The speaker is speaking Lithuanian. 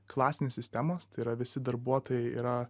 klasinės sistemos tai yra visi darbuotojai yra